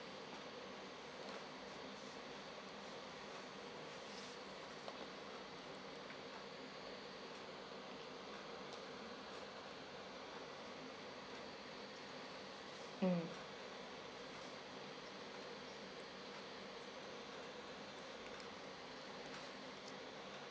mm